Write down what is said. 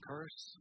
Curse